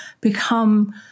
become